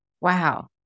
Wow